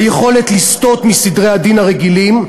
היכולת לסטות מסדרי הדין הרגילים,